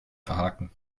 verhaken